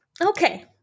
Okay